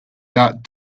that